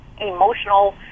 emotional